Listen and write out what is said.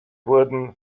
wurden